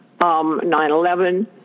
9-11